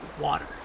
water